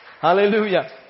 Hallelujah